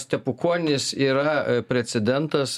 stepukonis yra precedentas